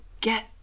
get